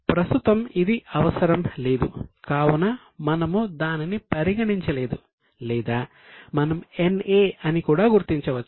ప్రస్తుతం ఇది అవసరం లేదు కావున మనము దానిని పరిగణించలేదు లేదా మనం NA అని కూడా గుర్తించవచ్చు